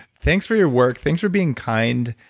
thanks for your work. thanks for being kind,